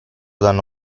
danno